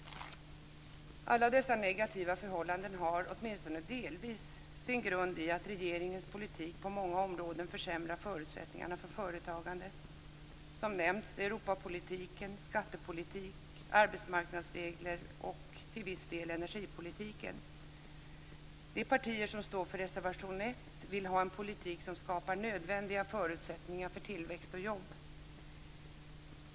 Alla dessa negativa förhållanden har, åtminstone delvis, sin grund i att regeringens politik på många områden försämrar förutsättningarna för företagande - Europapolitik, skattepolitik, arbetsmarknadsregler och till viss del energipolitik. De partier som står för reservation 1 vill ha en politik som skapar nödvändiga förutsättningar för tillväxt och jobb.